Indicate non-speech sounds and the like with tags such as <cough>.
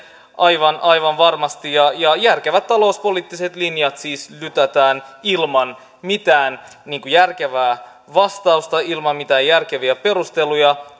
aivan varmasti järkevät talouspoliittiset linjat siis lytätään ilman mitään järkevää vastausta ilman mitään järkeviä perusteluja <unintelligible>